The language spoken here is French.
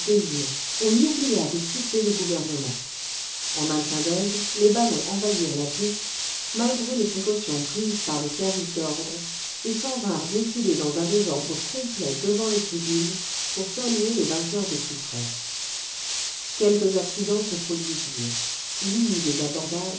on oublia de siffler le gouvernement en un clin d'oeil les ballons envahirent la piste malgré les le vingtième siècle précautions prises par le service d'ordre et s'en vinrent défiler dans un désordre complet devant les tribunes pour saluer le vainqueur de plus près quelques accidents se produisirent il eut des abordages